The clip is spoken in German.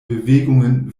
bewegungen